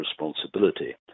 responsibility